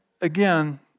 again